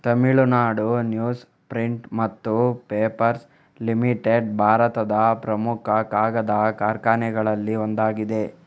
Tamil Nadu news print ಮತ್ತು papers limited ಭಾರತದ ಪ್ರಮುಖ ಕಾಗದ ಕಾರ್ಖಾನೆಗಳಲ್ಲಿ ಒಂದಾಗಿದೆ